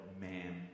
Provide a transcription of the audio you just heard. man